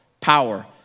power